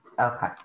Okay